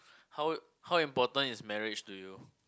how how important is marriage to you